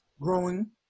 growing